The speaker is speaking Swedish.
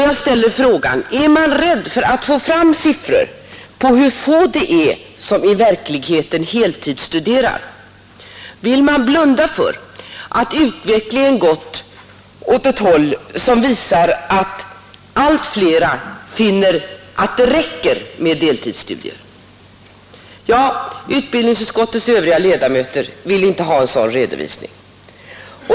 Jag ställer frågan: Är man rädd för att få fram siffror på hur få det är som verkligen heltidsstuderar? Vill man blunda för att utvecklingen gått åt ett håll som visar att allt flera finner att det räcker med deltidsstudier? Ja, utbildningsutskottets övriga ledamöter vill inte ha en sådan redovisning.